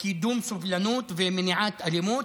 קידום סובלנות ומניעת אלימות,